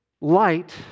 light